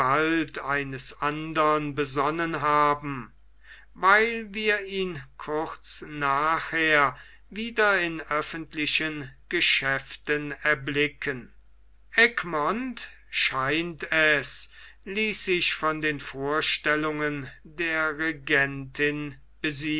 eines andern besonnen haben weil wir ihn kurz nachher wieder in öffentlichen geschäften erblicken egmont scheint es ließ sich von den vorstellungen der regentin